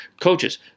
Coaches